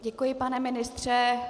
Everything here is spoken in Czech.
Děkuji pane ministře.